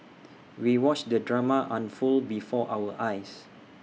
we watched the drama unfold before our eyes